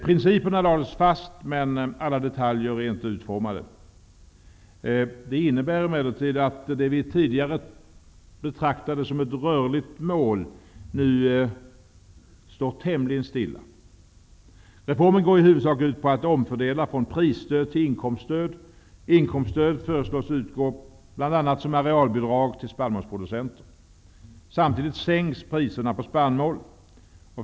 Principerna lades fast, men alla detaljer är inte utformade. Det innebär emellertid att det vi tidigare betraktade som ett rörligt mål nu står tämligen stilla. Reformen går i huvudsak ut på att omfördela från prisstöd till inkomststöd. Inkomststödet föreslås utgå bl.a. som arealbidrag till spannmålsproducenter. Samtidigt sänks priserna på spannmål.